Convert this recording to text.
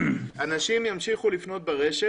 אנשים ימשיכו לפנות ברשת,